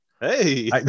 hey